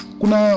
kuna